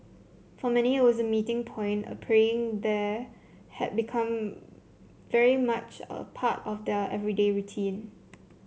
for many it was a meeting point and praying there had become very much a part of their everyday routine